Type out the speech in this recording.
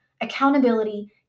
accountability